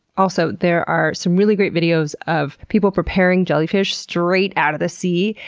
also, there are some really great videos of people preparing jellyfish straight out of the sea,